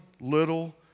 little